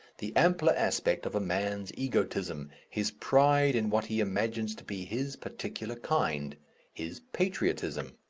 the ampler aspect of a man's egotism, his pride in what he imagines to be his particular kind his patriotism.